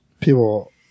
people